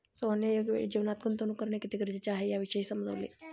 सोहनने योग्य वेळी जीवनात गुंतवणूक करणे किती गरजेचे आहे, याविषयी समजवले